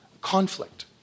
conflict